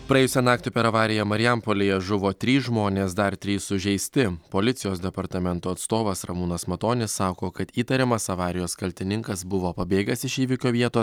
praėjusią naktį per avariją marijampolėje žuvo trys žmonės dar trys sužeisti policijos departamento atstovas ramūnas matonis sako kad įtariamas avarijos kaltininkas buvo pabėgęs iš įvykio vietos